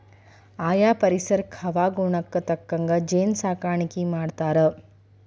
ಆಯಾ ಪರಿಸರಕ್ಕ ಹವಾಗುಣಕ್ಕ ತಕ್ಕಂಗ ಜೇನ ಸಾಕಾಣಿಕಿ ಮಾಡ್ತಾರ